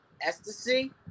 ecstasy